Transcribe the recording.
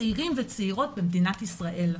צעירים וצעירות במדינת ישראל.